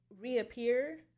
reappear